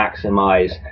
maximize